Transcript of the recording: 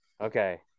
Okay